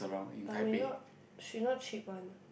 but we not she not cheap one